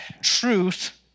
truth